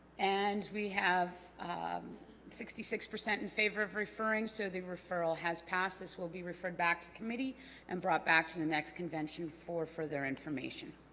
and we have um sixty six percent in favor of referring so the referral has passed this will be referred back to committee and brought back to the next convention for for their information